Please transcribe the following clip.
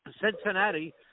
Cincinnati